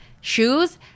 shoes